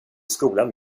skolan